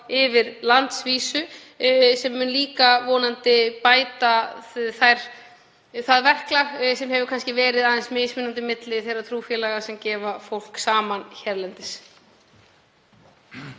á landsvísu sem mun líka vonandi bæta það verklag sem hefur kannski verið aðeins mismunandi milli þeirra trúfélaga sem gefa fólk saman hérlendis.